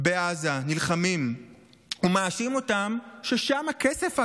נלחמים בעזה, ומאשים אותם ששם הכסף הגדול.